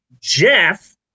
Jeff